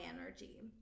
energy